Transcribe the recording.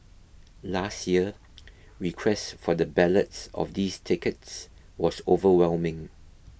last year request for the ballots of these tickets was overwhelming